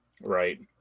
Right